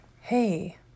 hey